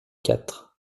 quatre